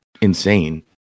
insane